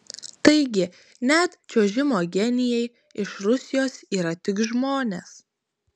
taigi net čiuožimo genijai iš rusijos yra tik žmonės